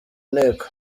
nteko